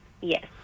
Yes